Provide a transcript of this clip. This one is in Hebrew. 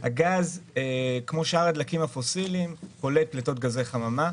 הגז כמו שאר הדלקים הפוסיליים פולט פליטות גזי חממה.